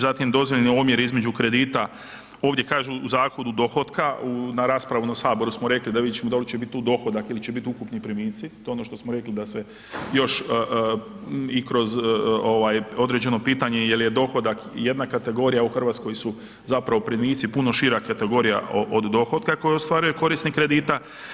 Znači dozvoljeni omjer između kredita, ovdje kažu u zakonu dohotka, na raspravi u saboru smo rekli da vidjet ćemo da li će tu biti dohodak ili će biti ukupni primici, to je ono što smo rekli da se još i kroz ovaj određeno pitanje jel je dohodak jedna kategorija, a u Hrvatskoj su primici zapravo puno šira kategorija od dohotka koju ostvaruje korisnik kredita.